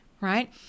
right